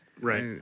Right